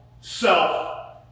self